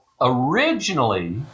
originally